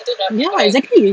ya exactly